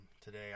today